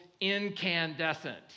incandescent